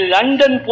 London